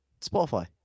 Spotify